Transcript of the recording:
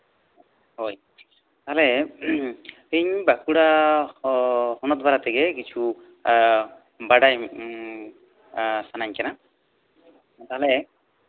ᱦᱳᱭ ᱛᱟᱦᱚᱞᱮ ᱤᱧ ᱵᱟᱸᱠᱩᱲᱟ ᱦᱚᱱᱚᱛ ᱵᱟᱲᱮ ᱛᱮᱜᱮ ᱠᱤᱪᱷᱩ ᱵᱟᱲᱟᱭ ᱥᱟᱱᱟᱧ ᱠᱟᱱᱟ ᱛᱟᱦᱚᱞᱮ